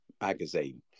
magazine